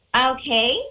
Okay